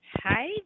Hi